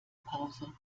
pause